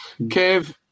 Kev